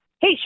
hey